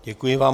Děkuji vám.